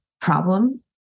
problem